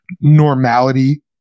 normality